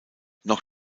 noch